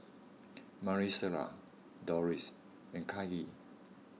Maricela Dorris and Kahlil